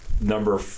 number